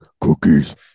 cookies